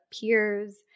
peers